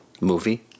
movie